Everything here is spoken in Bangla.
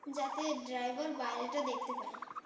যাতে ড্রাইভার বাইরেটা দেখতে পায়